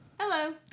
Hello